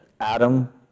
Adam